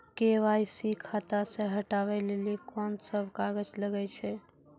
KYC खाता से हटाबै लेली कोंन सब कागज लगे छै?